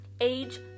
age